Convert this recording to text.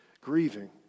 grieving